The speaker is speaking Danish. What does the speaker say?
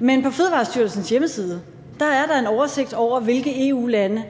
Men på Fødevarestyrelsens hjemmeside er der en oversigt over, hvilke EU-lande